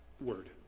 word